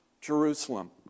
jerusalem